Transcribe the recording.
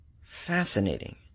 Fascinating